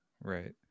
Right